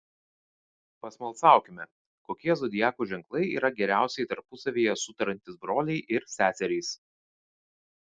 pasmalsaukime kokie zodiako ženklai yra geriausiai tarpusavyje sutariantys broliai ir seserys